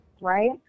Right